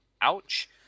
Ouch